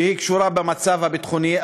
שקשורה למצב הביטחוני,